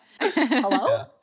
Hello